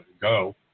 go